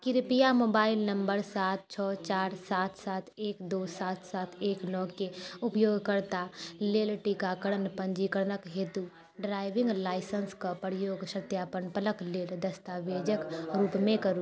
कृपया mobile number सात छओ चार सात सात एक दू सात सात एक नओ के उपयोगकर्ता लेल टीकाकरणक पञ्जीकरणक हेतु ड्राइविंग लाइसेंस के प्रयोग सत्यापनके लेल दस्तावेजक रूपमे करू